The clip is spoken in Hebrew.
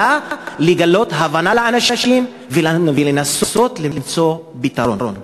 אלא לגלות הבנה לאנשים ולנסות למצוא פתרון.